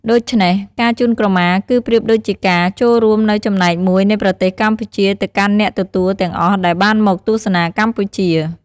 ដូច្នេះ ការជូនក្រមាគឺប្រៀបដូចជាការចូលរួមនូវចំណែកមួយនៃប្រទេសកម្ពុជាទៅកាន់អ្នកទទួលទាំងអស់ដែលបានមកទស្សនាកម្ពុជា។